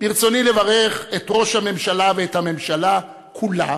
ברצוני לברך את ראש הממשלה ואת הממשלה כולה